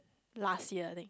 last year I think